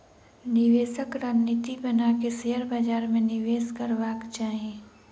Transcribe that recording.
निवेशक रणनीति बना के शेयर बाजार में निवेश करबाक चाही